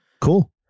Cool